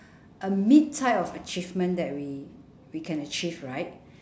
a mid type of achievement that we we can achieve right